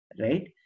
right